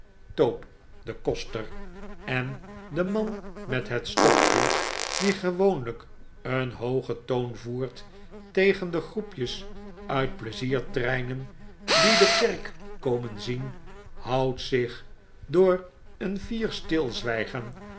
tope de koster en w de manmethetstokje die gewoonlyk een hoogen toon voert tegen de groepjes uit pleiziertreinen die de kerk komen zien houdt zich door een tier stilzwygen